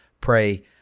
pray